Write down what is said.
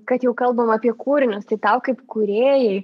kad jau kalbam apie kūrinius tai tau kaip kūrėjai